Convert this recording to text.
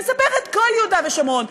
נספח את כל יהודה ושומרון.